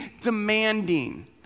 demanding